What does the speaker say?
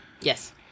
Yes